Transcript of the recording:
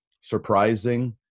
surprising